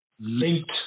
linked